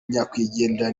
nyakwigendera